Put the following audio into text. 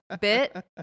bit